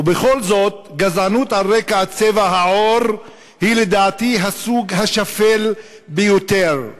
ובכל זאת גזענות על רקע צבע העור היא לדעתי הסוג השפל ביותר.